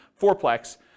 fourplex